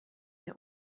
der